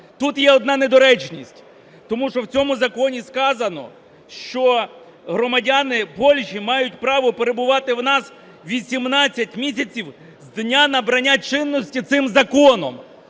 Тут є одна недоречність, тому що в цьому законі сказано, що громадяни Польщі мають право перебувати в нас 18 місяців з дня набрання чинності цим законом.